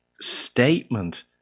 statement